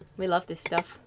we love this stuff.